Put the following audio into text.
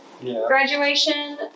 graduation